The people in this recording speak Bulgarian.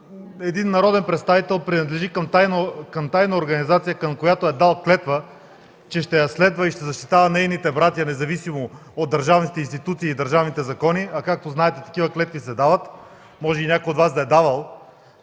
народен представител принадлежи към тайна организация, към която е дал клетва, че ще я следва и ще защитава нейните братя независимо от държавните институции и държавните закони, а както знаете такива клетви се дават, може и някой от Вас да е давал,